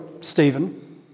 Stephen